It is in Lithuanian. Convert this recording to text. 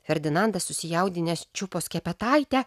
ferdinandas susijaudinęs čiupo skepetaitę